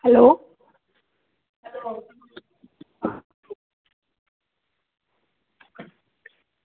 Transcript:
hello